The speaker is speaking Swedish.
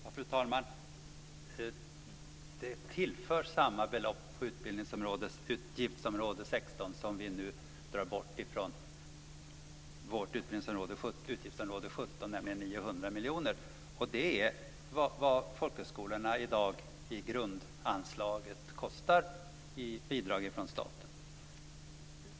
Fru talman! Det tillförs samma belopp på utbildningsområdets utgiftsområde 16 som vi nu drar bort från utgiftsområde 17, nämligen 900 miljoner. Det är vad grundanslaget till folkhögskolorna kostar i dag i bidrag från staten.